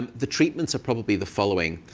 the treatments are probably the following.